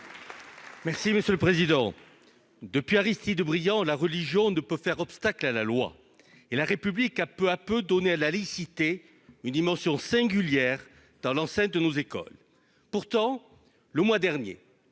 Merci monsieur le président, depuis, Aristide Briand la religion ne peut faire obstacle à la loi et la République a peu à peu, donner à la laïcité, une dimension singulière dans l'enceinte de nos écoles, pourtant le mois dernier,